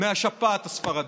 מהשפעת הספרדית.